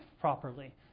properly